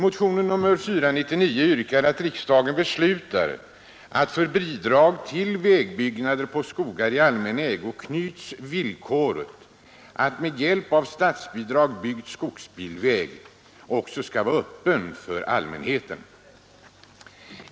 Motionen 499 yrkar att riksdagen beslutar att för bidraget till vägbyggnader på skogar i allmän ägo knyts villkoret att med hjälp av statsbidrag byggd skogsbilväg också skall vara öppen för allmänheten.